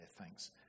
thanks